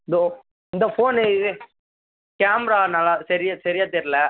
இதோ இந்த ஃபோனு இது கேமரா நல்லா சரியாக சரியாக தெரில